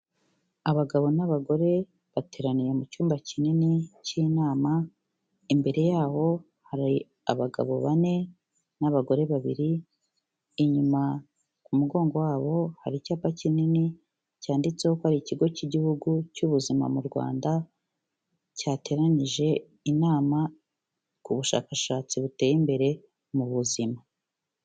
Abagabo n'abagore bateraniye mu cyuyumba kinini k'inama, imbere yabo hari abagabo bane n'abagore babiri, inyuma ku mugongo wabo hari icyapa kinini cyanditseho ko ari Ikigo k'Igihugu cy'Ubuzima mu Rwanda cyateranyije inama ku bushakashatsi buteye imbere mu buzima.